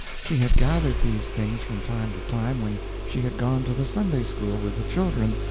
she had gathered these things from time to time when she had gone to the sunday-school with the children,